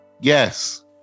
yes